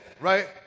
right